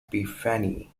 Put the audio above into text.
epiphany